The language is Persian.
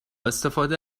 استفاده